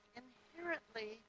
inherently